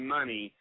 Money